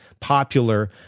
popular